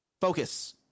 focus